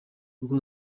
kuko